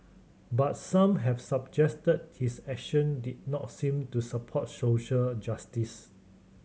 but some have suggested his action did not seem to support social justice